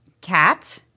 Cat